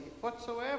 whatsoever